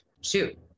shoot